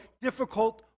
difficult